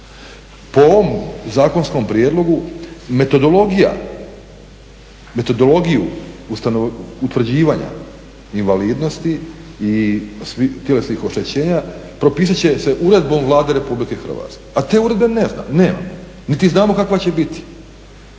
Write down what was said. Po ovom zakonskom prijedlogu metodologiju utvrđivanja invalidnosti i tjelesnih oštećenja propisat će se uredbom Vlade RH, a to uredbe nema, niti znamo kakva će biti,